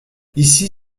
ici